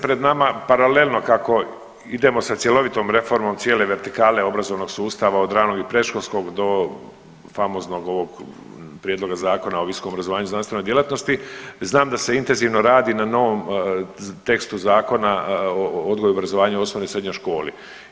Pred nama paralelno kako idemo sa cjelovitom reformom, cijele vertikale obrazovnog sustava od ranog i predškolskog do famoznog ovog prijedloga Zakona o visokom obrazovanju i znanstvenoj djelatnosti, znam da se intenzivno radi na novom tekstu Zakona o odgoju i obrazovanju u osnovnoj i srednjoj školi.